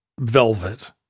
velvet